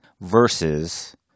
versus